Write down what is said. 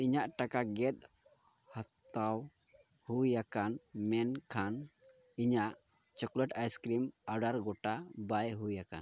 ᱤᱧᱟᱹᱜ ᱴᱟᱠᱟ ᱜᱮᱫ ᱦᱟᱛᱟᱣ ᱦᱩᱭ ᱟᱠᱟᱱ ᱢᱮᱱᱠᱷᱟᱱ ᱤᱧᱟᱹᱜ ᱪᱚᱠᱞᱮᱴ ᱟᱭᱤᱥᱠᱨᱤᱢ ᱚᱰᱟᱨ ᱜᱳᱴᱟ ᱵᱟᱭ ᱦᱩᱭ ᱟᱠᱟᱱ